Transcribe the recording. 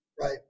Right